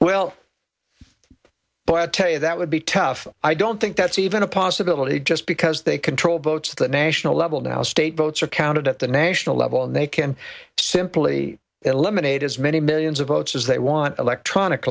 well but tell you that would be tough i don't think that's even a possibility just because they control votes the national level now state votes are counted at the national level and they can simply eliminate as many millions of votes as they want electronic